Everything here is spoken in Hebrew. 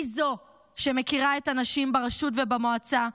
היא זו שמכירה את הנשים ברשות ובמועצה,